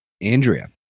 Andrea